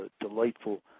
delightful